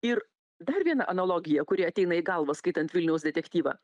ir dar viena analogija kuri ateina į galvą skaitant vilniaus detektyvą